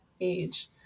age